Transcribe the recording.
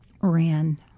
ran